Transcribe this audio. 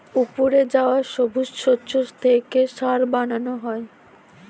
উপড়ে যাওয়া সবুজ শস্য থেকে সার বানানো হয়